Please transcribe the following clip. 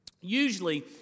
Usually